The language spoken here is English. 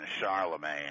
Charlemagne